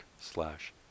slash